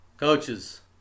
Coaches